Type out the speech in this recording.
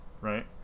right